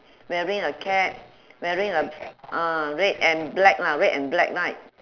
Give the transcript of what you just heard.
wearing a cap wearing a uh red and black lah red and black right